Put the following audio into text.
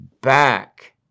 back